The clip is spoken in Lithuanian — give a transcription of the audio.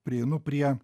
prieinu prie